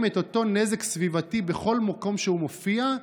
את אותו נזק סביבתי בכל מקום שהוא מופיע,